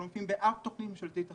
אנחנו לא מופיעים באף תוכנית ממשלתית אחת.